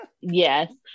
yes